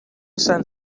sant